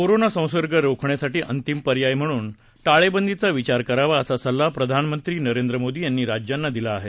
corona संसर्ग रोखण्यासाठी अंतिम पर्याय म्हणून टाळेबंदीचा विचार करावा असा सल्ला प्रधानमंत्री नरेंद्र मोदी यांनी राज्यांना दिला आहे